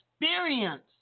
experience